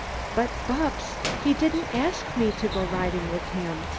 but, bupps, he didn't ask me to go riding with him.